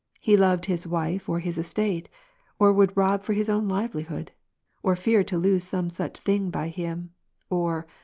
he loved his wife or his estate or would rob for his own livelihood or feared to lose some such thing by him or,